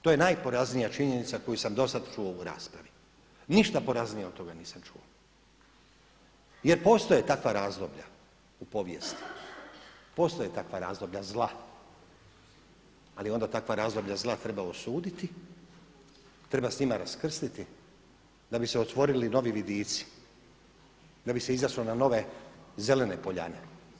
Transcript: To je najporaznija činjenica koju sam do sada čuo u raspravi, ništa poraznije od toga nisam čuo jer postoje takva razdoblja u povijesti, postoje takva razdoblja zla ali onda takva razdoblja zla treba osuditi, treba s njima raskrstiti da bi se otvorili novi vidici, da bi se izašlo na nove zelene poljane.